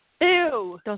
ew